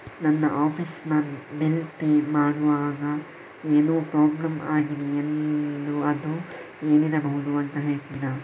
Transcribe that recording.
ನನ್ನ ಆಫೀಸ್ ನ bill pay ಮಾಡ್ವಾಗ ಏನೋ ಪ್ರಾಬ್ಲಮ್ ಆಗಿದೆ ಅದು ಏನಿರಬಹುದು ಅಂತ ಹೇಳ್ತೀರಾ?